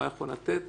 מה הוא יכול לתת